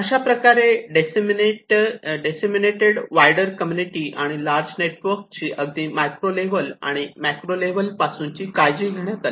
अशा प्रकारे दिससेमिनात वाइडर कम्युनिटी आणि लार्ज नेटवर्क ची अगदी मायक्रो लेव्हल आणि मॅक्रो लेव्हल पासून काळजी घेण्यात आली